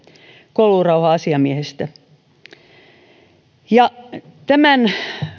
koulurauha asiamiehestä tämän